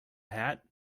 hat